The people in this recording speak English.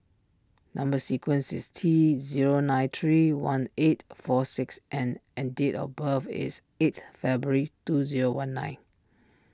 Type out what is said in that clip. Number Sequence is T zero nine three one eight four six N and date of birth is eight February two zero one nine